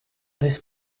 this